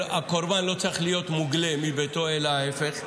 הקורבן לא צריך להיות מוגלה מביתו אלא ההפך.